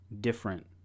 different